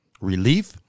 relief